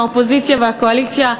מהאופוזיציה והקואליציה,